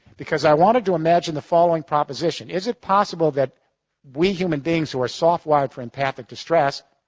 because i wanted to imagine the following proposition, is it possible that we human beings who are soft-wired for empathic distress,